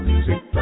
Music